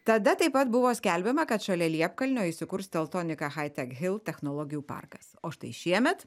tada taip pat buvo skelbiama kad šalia liepkalnio įsikurs teltonika haitek hil technologijų parkas o štai šiemet